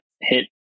hit